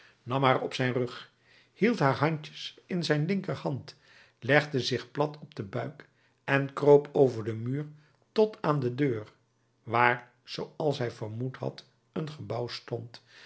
nam haar op zijn rug hield haar handjes in zijn linkerhand legde zich plat op den buik en kroop over den muur tot aan de deur waar zooals hij vermoed had een gebouw stond